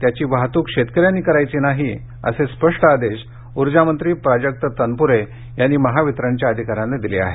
त्याची वाहतूक शेतकऱ्यांनी करायची नाही तसे स्पष्ट आदेश उर्जामंत्री प्राजक्त तनपुरे यांनी यांनी महावितरणच्या अधिकाऱ्यांना दिले आहेत